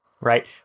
right